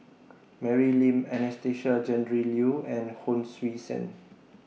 Mary Lim Anastasia Tjendri Liew and Hon Sui Sen